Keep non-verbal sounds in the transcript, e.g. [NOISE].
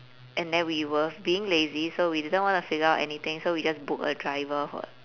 and then we were being lazy so we didn't want to figure out anything so we just book a driver [NOISE]